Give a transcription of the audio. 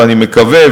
ואני מקווה,